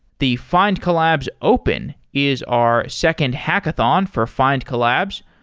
the findcollabs open is our second hackathon for findcollabs.